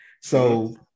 So-